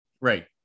Right